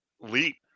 leap